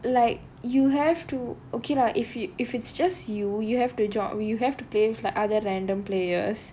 like you have to okay lah if you if it's just you you have to jo~ you have to play with like other random players